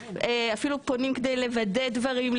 אפילו פונים כדי לוודא דברים,